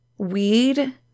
weed